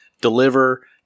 deliver –